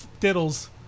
diddles